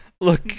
Look